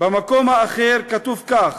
במקום האחר, כתוב כך: